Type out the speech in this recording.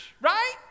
Right